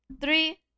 Three